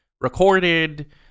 recorded